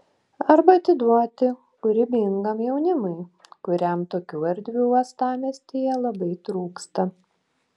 arba atiduoti kūrybingam jaunimui kuriam tokių erdvių uostamiestyje labai trūksta